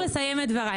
אשמח לסיים את דבריי.